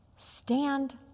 Stand